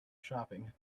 shopping